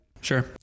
Sure